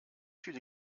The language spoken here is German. viele